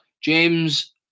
James